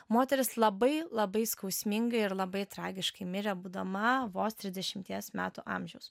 moteris labai labai skausmingai ir labai tragiškai mirė būdama vos trisdešimties metų amžiaus